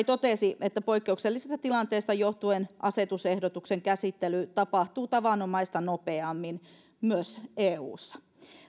totesi myös että poikkeuksellisesta tilanteesta johtuen asetusehdotuksen käsittely tapahtuu tavanomaista nopeammin myös eussa